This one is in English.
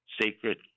sacred